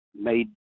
made